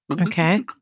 Okay